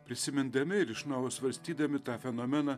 prisimindami ir iš naujo svarstydami tą fenomeną